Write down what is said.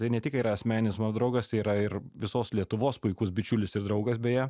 tai ne tik yra asmeninis mano draugas tai yra ir visos lietuvos puikus bičiulis ir draugas beje